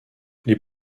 les